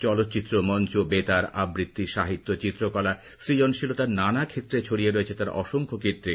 চলচ্চিত্র মঞ্চ বেতার আবৃত্তি সাহিত্য চিত্রকলা সুজনশীলতার নানা ক্ষেত্রে ছড়িয়ে রয়েছে তাঁর অসংখ্য কীর্তি